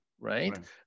right